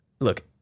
Look